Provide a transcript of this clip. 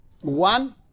one